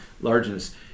largeness